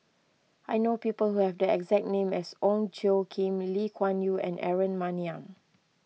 I know people who have the exact name as Ong Tjoe Kim Lee Kuan Yew and Aaron Maniam